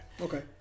Okay